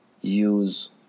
use